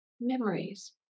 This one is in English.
memories